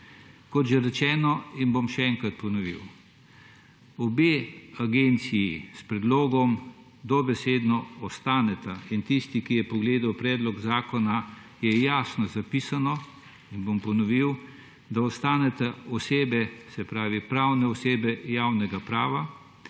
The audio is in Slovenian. Kot že rečeno, bom še enkrat ponovil, obe agenciji s predlogom dobesedno ostaneta. Tisti, ki je pogledal predlog zakona, je videl jasno zapisano, in bom ponovil, da ostaneta pravne osebe javnega prava,